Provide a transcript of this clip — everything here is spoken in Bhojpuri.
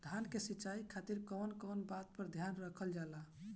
धान के सिंचाई खातिर कवन कवन बात पर ध्यान रखल जा ला?